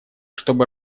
чтобы